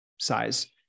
size